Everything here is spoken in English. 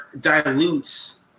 dilutes